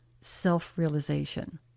self-realization